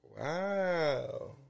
Wow